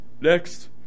next